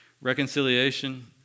Reconciliation